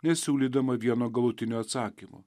nesiūlydama vieno galutinio atsakymo